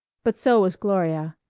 but so was gloria.